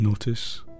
Notice